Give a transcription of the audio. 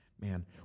Man